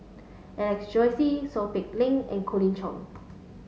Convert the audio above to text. Alex Josey Seow Peck Leng and Colin Cheong